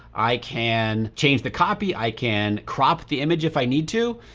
i can change the copy, i can crop the image if i need to.